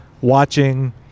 watching